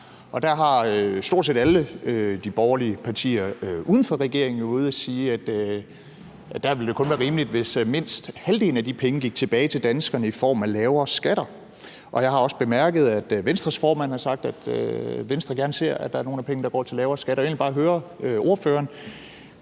Og der har stort set alle de borgerlige partier uden for regeringen jo været ude at sige, at der ville det kun være rimeligt, hvis mindst halvdelen af de penge gik tilbage til danskerne i form af lavere skatter. Jeg har også bemærket, at Venstres formand har sagt, at Venstre gerne ser, at der er nogle af pengene, der går til lavere skatter. Jeg vil egentlig bare høre ordføreren,